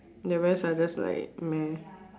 the rest are just like meh